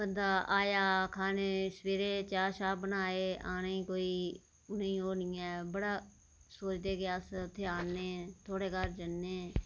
बंदा आया खाने सवेरै चाह् शाह् बनाए आए कोई ओह् निं ऐ बड़ा सोचदे कि अस इत्थै घर जन्ने